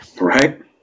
Right